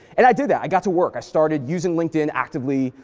and i did that. i got to work. i started using linkedin actively.